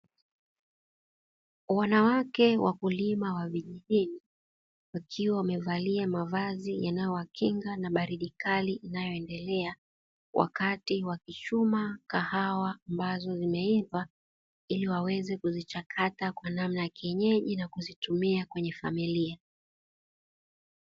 Wanawake wakulima wa vijijini, wakiwa wamevalia mavazi yanayowakinga na baridi kali inayoendelea, wakati wa kichuma kahawa ambazo zimeiva ili waweze kuzichakata kwa namna ya kienyejina kuzitumia kwenye familia.